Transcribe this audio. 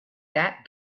that